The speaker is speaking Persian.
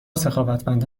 سخاوتمند